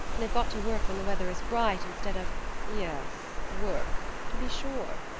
and i've got to work when the weather is bright, instead of yes work to be sure.